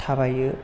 थाबायो